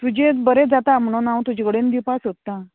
तुजे बरें जाता म्हणून हांव तुजे कडेन दिवपा सोदतां